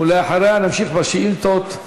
ולאחריה נמשיך בשאילתות.